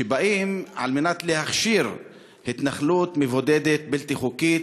שבאים להכשיר התנחלות מבודדת, בלתי חוקית,